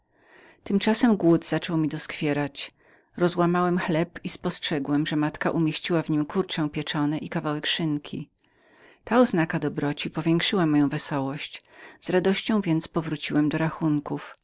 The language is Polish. tymczasem głód zaczął mi doskwierać rozłamałem chleb i spostrzegłem że moja matka umieściła w nim kurcze pieczone i kawałek szynki ta oznaka dobroci powiększyła moją wesołość z radością więc powróciłem do moich rachunków